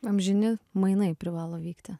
amžini mainai privalo vykti